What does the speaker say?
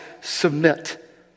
submit